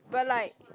but like